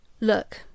look